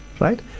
right